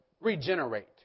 regenerate